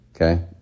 Okay